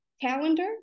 calendar